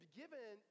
given